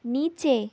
নিচে